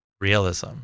realism